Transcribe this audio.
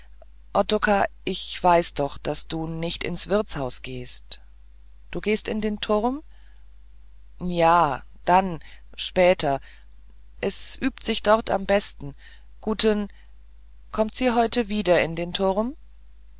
ich weiß doch daß du nicht ins wirtshaus gehst du gehst in den turm ja dann später es es übt sich dort am besten gute n kommt sie heute wieder in den turm